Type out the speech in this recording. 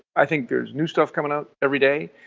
i think there's new stuff coming out every day.